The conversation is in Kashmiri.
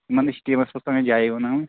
یِمَن نٔے چھِ ٹیٖمَس منٛز تگان جایی بناوٕنۍ